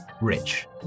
rich